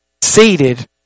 seated